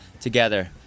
together